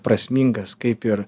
prasmingas kaip ir